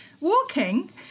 Walking